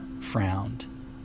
frowned